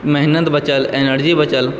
मेहनत बचल एनर्जी बचल